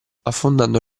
affondando